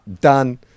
done